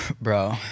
Bro